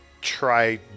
try